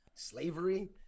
slavery